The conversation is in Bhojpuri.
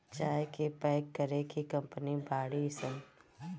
चाय के पैक करे के कंपनी बाड़ी सन